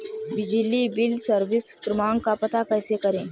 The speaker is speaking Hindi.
बिजली बिल सर्विस क्रमांक का पता कैसे करें?